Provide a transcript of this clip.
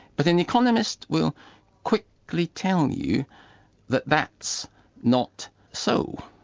but an economist will quickly like tell and you that that's not so.